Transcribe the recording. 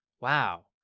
Wow